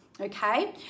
okay